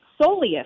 soleus